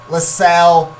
LaSalle